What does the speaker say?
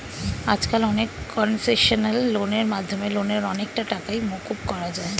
আজকাল অনেক কনসেশনাল লোনের মাধ্যমে লোনের অনেকটা টাকাই মকুব করা যায়